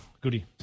Goody